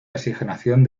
asignación